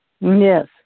Yes